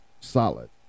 solid